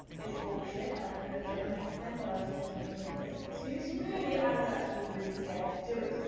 it's bullshit, i could have shaved my head then but i was using it as an excuse. really, i was actually really scared to do it.